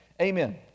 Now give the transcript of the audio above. Amen